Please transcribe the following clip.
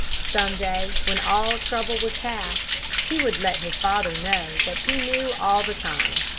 some day, when all trouble was past, he would let his father know that he knew all the time.